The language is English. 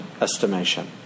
estimation